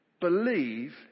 Believe